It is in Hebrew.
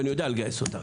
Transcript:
ואני יודע לגייס אותם.